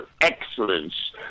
excellence